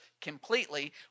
completely